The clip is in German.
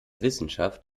wissenschaft